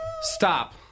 Stop